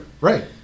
Right